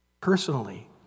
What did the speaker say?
personally